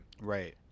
Right